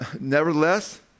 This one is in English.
Nevertheless